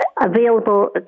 available